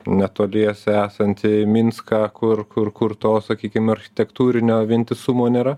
netoliese esantį minską kur kur kur to sakykime architektūrinio vientisumo nėra